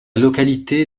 localité